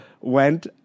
went